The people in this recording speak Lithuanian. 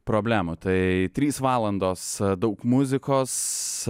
problemų tai trys valandos daug muzikos